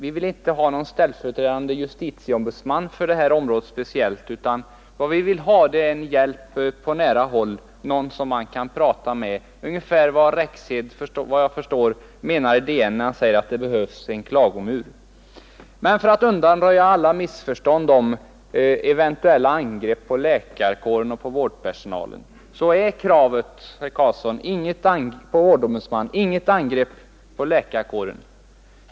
Vi vill inte ha någon ställföreträdande justitieombudsman för detta område utan vad vi vill ha är en hjälp för de sjuka, någon som man kan prata med, ungefär vad jag föreställer mig att professor Rexed menar i Dagens Nyheter när han säger att det behövs en klagomur. För att undanröja missförstånd om eventuella angrepp på läkarkåren och på vårdpersonalen vill jag framhålla att kravet på en vårdombudsman, herr Karlsson i Huskvarna, inte är något angrepp på läkarkåren och övrig vårdpersonal.